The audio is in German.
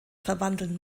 verwandeln